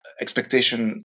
Expectation